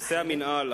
נושא המינהל.